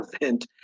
event